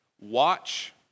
Watch